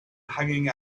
hanging